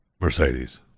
Mercedes